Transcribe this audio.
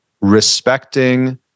respecting